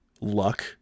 luck